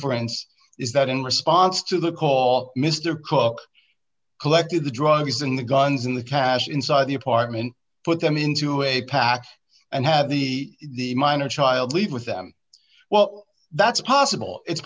ence is that in response to the call mr cook collected the drugs in the guns in the trash inside the apartment put them into a pack and had the minor child leave with them well that's possible it's